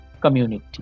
community